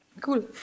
Cool